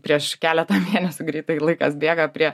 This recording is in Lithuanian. prieš keletą mėnesių greitai laikas bėga prie